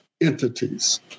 entities